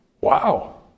Wow